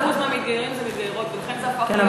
אחוז מהמתגיירים זה מתגיירות, ולכן זה הפך, כן.